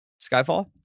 Skyfall